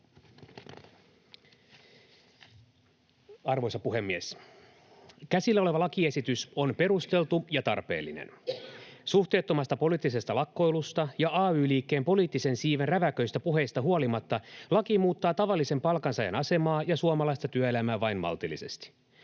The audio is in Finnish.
Arvoisa puhemies! Käsillä oleva lakiesitys on perusteltu ja tarpeellinen. Suhteettomasta poliittisesta lakkoilusta ja ay-liikkeen poliittisen siiven räväköistä puheista huolimatta laki muuttaa tavallisen palkansaajan asemaa ja suomalaista työelämää vain maltillisesti.